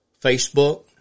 Facebook